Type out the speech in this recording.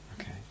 okay